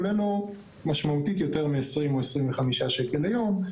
היום הזה עולה לו משמעותית יותר מ-20 25 שקלים ליום.